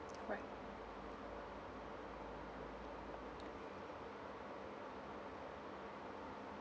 alright